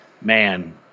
Man